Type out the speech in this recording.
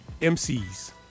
MCs